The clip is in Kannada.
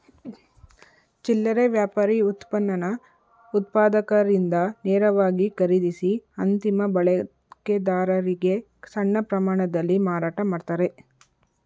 ಚಿಲ್ಲರೆ ವ್ಯಾಪಾರಿ ಉತ್ಪನ್ನನ ಉತ್ಪಾದಕರಿಂದ ನೇರವಾಗಿ ಖರೀದಿಸಿ ಅಂತಿಮ ಬಳಕೆದಾರರಿಗೆ ಸಣ್ಣ ಪ್ರಮಾಣದಲ್ಲಿ ಮಾರಾಟ ಮಾಡ್ತಾರೆ